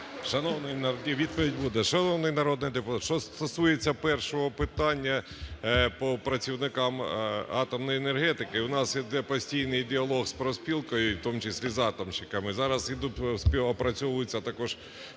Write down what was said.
Шановний народний депутат, що стосується першого питання по працівникам атомної енергетики, у нас йде постійний діалог з профспілками, в тому числі з атомщиками. Зараз співпрацьовуються також питання